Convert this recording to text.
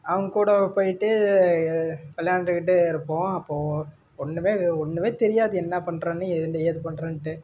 அவங்க கூட போய்ட்டு வெளையாண்டுக்கிட்டே இருப்போம் அப்போது ஒன்றுமே ஒன்றுமே தெரியாது என்ன பண்றோன்னு ஏது பண்றோன்ட்டு